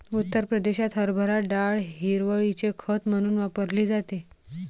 उत्तर प्रदेशात हरभरा डाळ हिरवळीचे खत म्हणून वापरली जाते